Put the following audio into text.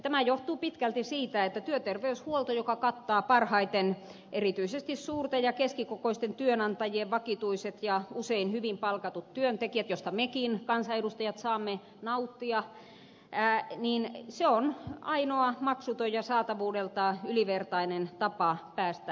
tämä johtuu pitkälti siitä että työterveyshuolto joka kattaa parhaiten erityisesti suurten ja keskikokoisten työnantajien vakituiset ja usein hyvin palkatut työntekijät ja josta me kansanedustajatkin saamme nauttia on ainoa maksuton ja saatavuudeltaan ylivertainen tapa päästä lääkäriin